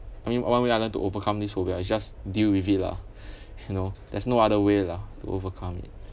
I mean one way I learnt to overcome this phobia is just deal with it lah you know there's no other way lah to overcome it